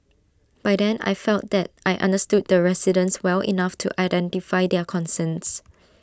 by then I felt that I understood the residents well enough to identify their concerns